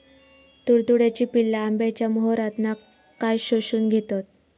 तुडतुड्याची पिल्ला आंब्याच्या मोहरातना काय शोशून घेतत?